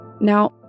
Now